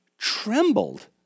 trembled